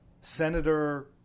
Senator